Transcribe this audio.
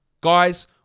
Guys